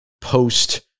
post-